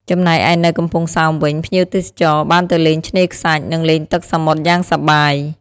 ចំណែកឯនៅកំពង់សោមវិញ ភ្ញៀវទេសចរណ៍បានទៅលេងឆ្នេរខ្សាច់ និងលេងទឹកសមុទ្រយ៉ាងសប្បាយ។